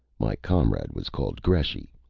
my comrade was called greshi.